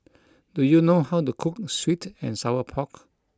Do you know how to cook Sweet and Sour Pork